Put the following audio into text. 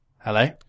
Hello